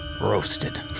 roasted